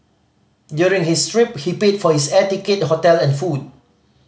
during his trip he paid for his air ticket hotel and food